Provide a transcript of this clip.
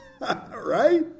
Right